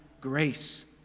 grace